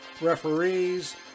referees